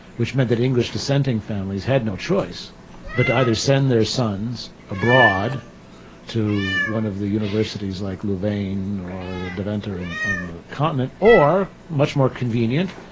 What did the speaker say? which meant that english-dissenting families had no choice but to either send their sons abroad to one of the universities like louvain or deventer and on the continent, or much more convenient,